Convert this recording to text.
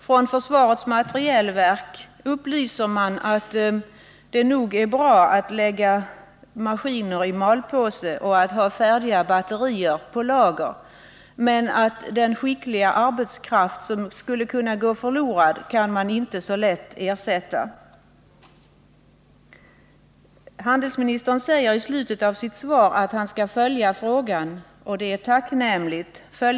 Från försvarets materielverk framhåller man att det nog är bra att lägga maskiner i malpåse och att ha färdiga batterier på lager, men den skickliga arbetskraft som skulle kunna gå förlorad kan man inte så lätt ersätta. Handelsministern säger i slutet av sitt svar att han skall följa frågan genom ÖEF, och det är tacknämligt.